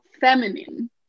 feminine